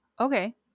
Okay